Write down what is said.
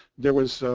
there was